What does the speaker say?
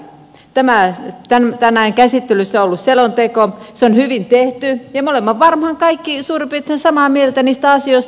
tämä tänään käsittelyssä ollut selonteko on hyvin tehty ja me olemme varmaan kaikki suurin piirtein samaa mieltä niistä asioista